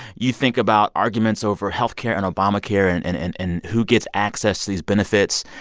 you think about arguments over health care and obamacare and and and and who gets access to these benefits.